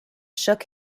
shook